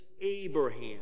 Abraham